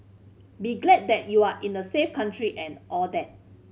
be glad that you are in a safe country and all that